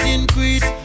increase